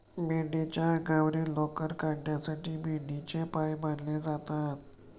मेंढीच्या अंगावरील लोकर काढण्यासाठी मेंढ्यांचे पाय बांधले जातात